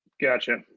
Gotcha